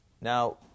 Now